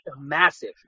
massive